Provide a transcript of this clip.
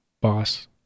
boss